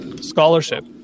Scholarship